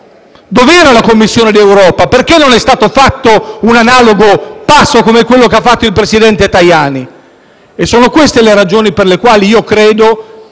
Dov'era la Commissione europea? Perché non è stato fatto un passo analogo a quello fatto dal presidente Tajani? Sono queste le ragioni per le quali io credo